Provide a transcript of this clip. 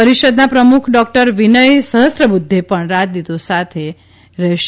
પરિષદના પ્રમુખ ડોકટર વિનય સહ્સ્ત્રબુદ્ધ પણ રાજદૂતો સાથે રહેશે